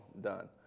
done